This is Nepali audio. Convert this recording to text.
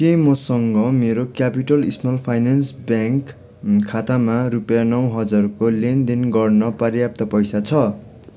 के मसँग मेरो क्यापिटल स्मल फाइनान्स ब्याङ्क खातामा रुपियाँ नौ हजारको लेनदेन गर्न पर्याप्त पैसा छ